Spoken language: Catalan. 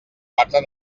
quatre